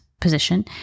position